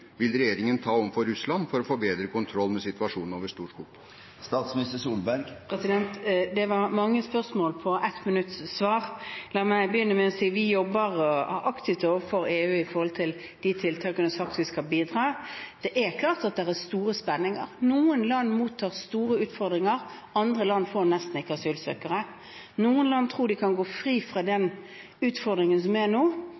vil regjeringen ta overfor Russland for å få bedre kontroll med situasjonen over Storskog? Det var mange spørsmål å svare på på 1 minutt. La meg begynne med å si at vi jobber aktivt overfor EU i forhold til de tiltakene vi har sagt vi skal bidra med. Det er klart at det er store spenninger. Noen land mottar store utfordringer, andre land får nesten ikke asylsøkere. Noen land tror de kan gå fri fra den utfordringen som er nå.